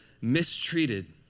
mistreated